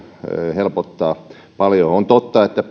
helpottaa paljon on totta että